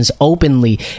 Openly